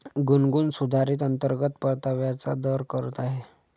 गुनगुन सुधारित अंतर्गत परताव्याचा दर करत आहे